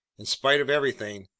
in spite of everything,